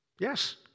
Yes